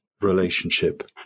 relationship